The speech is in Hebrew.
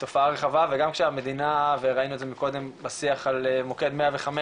תופעה רחבה וגם שהמדינה וראינו את זה מקודם בשיח על מוקד 105,